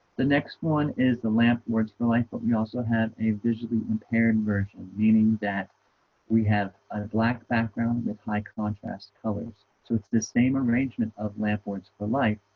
the next one is the lamp words for life but we also have a visually impaired version meaning that we have a black background with high contrast colors so it's the same arrangement of lamp words for life,